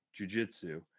jujitsu